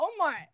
Omar